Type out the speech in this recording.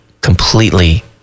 completely